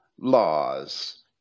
laws